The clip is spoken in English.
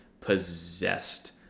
possessed